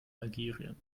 algerien